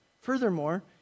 furthermore